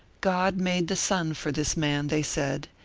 god made the sun for this man, they said,